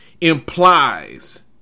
implies